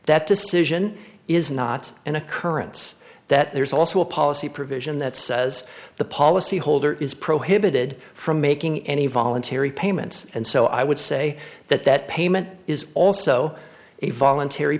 that decision is not an occurrence that there's also a policy provision that says the policy holder is prohibited from making any voluntary payments and so i would say that that payment is also a voluntary